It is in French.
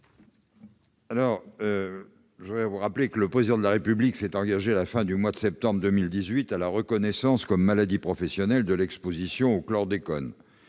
l'avis de la commission ? Le Président de la République s'est engagé, à la fin du mois de septembre 2018, à la reconnaissance comme maladie professionnelle de l'exposition au chlordécone.